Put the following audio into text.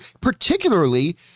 particularly